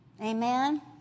Amen